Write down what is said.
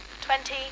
twenty